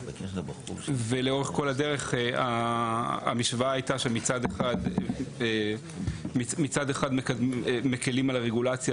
לאורך כל הדרך המשוואה הייתה שמצד אחד מקלים על הרגולציה